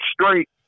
straight